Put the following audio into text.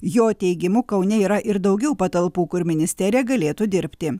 jo teigimu kaune yra ir daugiau patalpų kur ministerija galėtų dirbti